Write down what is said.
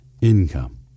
income